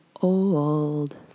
old